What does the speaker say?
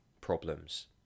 problems